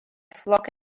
flock